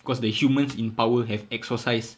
because the humans in power have exorcise